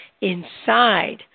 inside